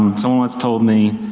um someone once told me,